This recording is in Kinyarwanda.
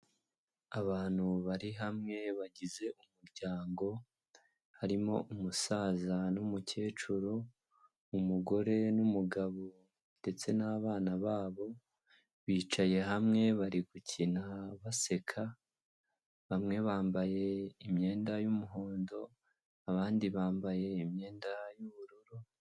Abantu bari hamwe bagize umuryango, harimo umusaza n'umukecuru, umugore n'umugabo ndetse n'abana babo, bicaye hamwe bari gukina baseka, bamwe bambaye imyenda y'umuhondo abandi bambaye imyenda y'ubururu.